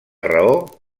raó